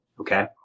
okay